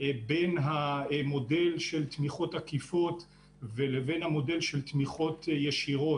בין המודל של תמיכות עקיפות לבין המודל של תמיכות ישירות,